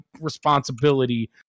responsibility